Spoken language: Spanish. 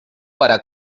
para